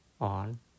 on